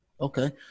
Okay